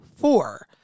four